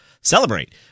celebrate